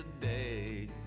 today